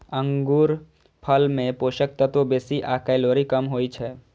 अंगूरफल मे पोषक तत्व बेसी आ कैलोरी कम होइ छै